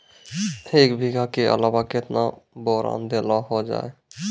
एक बीघा के अलावा केतना बोरान देलो हो जाए?